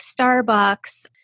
Starbucks